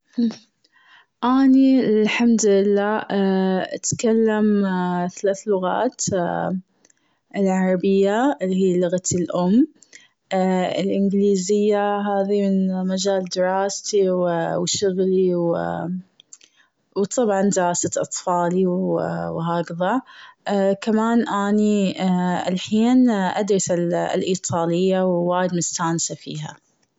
أني الحمد لله اتكلم ثلاث لغات. العربية اللي هي لغة الأم. الإنجليزية هذي من مجال دراستي و شغلي و طبعاً دراسة أطفالي وهكذا ط كمان أني الحين ادرس الإيطالية و وايد مستانسة فيها.